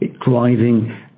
driving